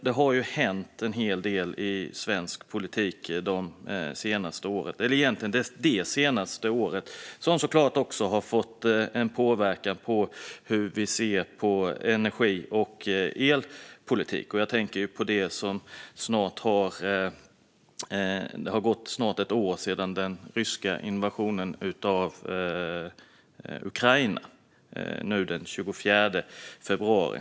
Det har ju hänt en hel del i svensk politik det senaste året som såklart också har fått en påverkan på hur vi ser på energi och elpolitik. Det har gått snart ett år sedan den ryska invasionen av Ukraina den 24 februari.